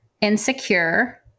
insecure